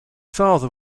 father